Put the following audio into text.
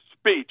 speech